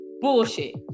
bullshit